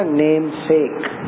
namesake